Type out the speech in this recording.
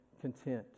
content